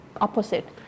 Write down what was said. opposite